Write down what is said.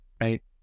right